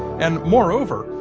and moreover,